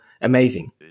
amazing